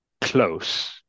close